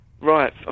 Right